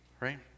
right